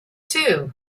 too